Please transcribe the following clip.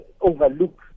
overlook